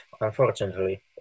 unfortunately